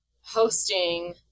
hosting